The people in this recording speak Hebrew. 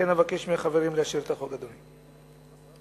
לכן אבקש מהחברים לאשר את החוק, אדוני.